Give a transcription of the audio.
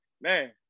Man